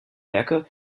werke